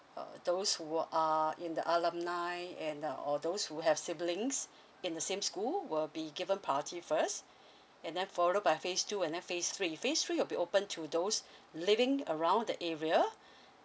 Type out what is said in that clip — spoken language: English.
uh those who are in the alumni and uh or those who have siblings in the same school will be given priority first and then followed by phase two and then phase three phase three will be open to those living around the area